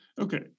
okay